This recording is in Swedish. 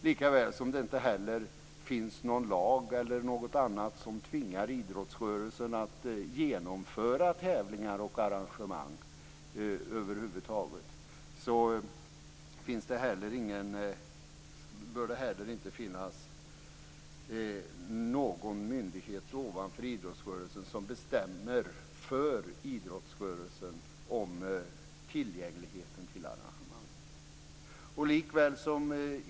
Likaväl som det inte finns någon lag eller något annat som tvingar idrottsrörelsen att genomföra tävlingar och arrangemang över huvud taget, bör det heller inte finnas någon myndighet över idrottsrörelsen som bestämmer för idrottsrörelsen om tillgängligheten till arrangemang.